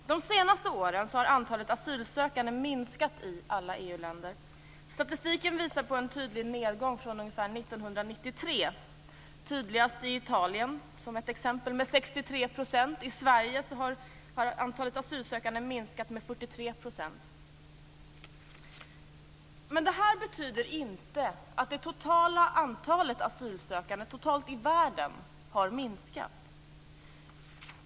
De senaste åren har antalet asylsökande minskat i alla EU-länder. Statistiken visar på en tydlig nedgång från ungefär 1993. Tydligaste exemplet är Italien med 43 %. Detta betyder inte att det totala antalet asylsökande i världen har minskat.